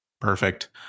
Perfect